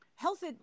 health